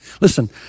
listen